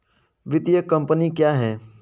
वित्तीय कम्पनी क्या है?